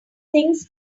things